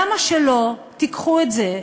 למה שלא תיקחו את זה?